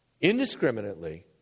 indiscriminately